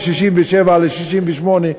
מ-67 ל-68,